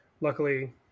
Luckily